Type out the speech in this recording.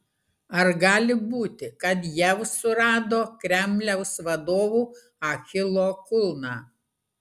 ar gali būti kad jav surado kremliaus vadovų achilo kulną